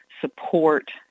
support